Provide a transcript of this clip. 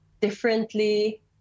differently